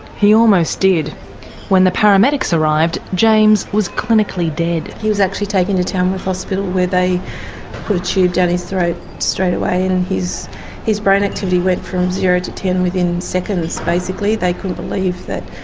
he almost did when the paramedics arrived, james was clinically dead. he was actually taken to tamworth hospital where they put a tube down his throat straight away, and his brain activity went from zero to ten within seconds basically. they couldn't believe that,